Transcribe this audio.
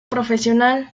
profesional